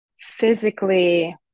physically